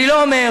אני לא אומר,